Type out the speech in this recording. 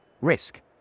risk